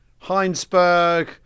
Heinsberg